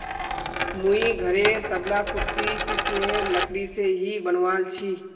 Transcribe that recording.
मुई घरेर सबला कुर्सी सिशमेर लकड़ी से ही बनवाल छि